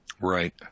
Right